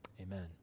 Amen